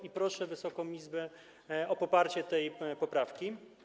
I proszę Wysoką Izbę o poparcie tej poprawki.